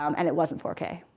um and it wasn't four k.